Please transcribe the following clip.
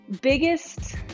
biggest